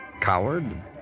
Coward